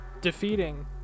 defeating